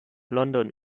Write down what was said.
london